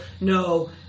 no